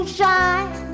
shine